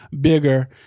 Bigger